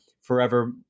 forever